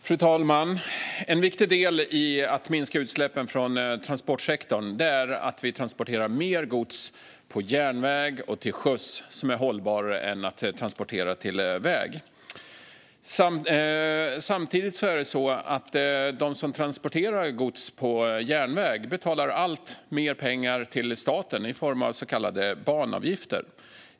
Fru talman! En viktig del i att minska utsläppen från transportsektorn är att vi transporterar mer gods på järnväg och till sjöss. Det är hållbarare än att transportera på väg. Samtidigt får de som transporterar gods på järnväg betala alltmer pengar till staten i form av så kallade banavgifter.